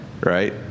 right